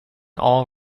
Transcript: all